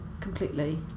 completely